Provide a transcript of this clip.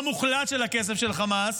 רוב הכסף של חמאס.